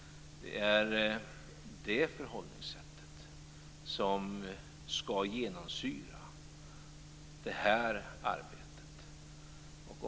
Det är det förhållningssättet som skall genomsyra det här arbetet.